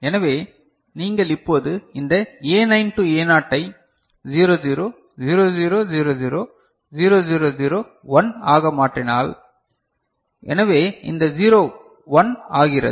எனவே நீங்கள் இப்போது இந்த A9 டு A0 ஐ 00 0000 000 1 ஆக மாற்றினால் எனவே இந்த 0 1 ஆகிறது